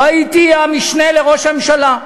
לא הייתי המשנה לראש הממשלה,